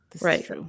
Right